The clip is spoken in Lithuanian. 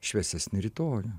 šviesesnį rytojų